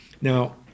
Now